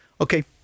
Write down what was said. Okay